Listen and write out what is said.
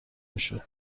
میشد